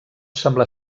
semblar